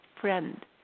friend